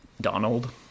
Donald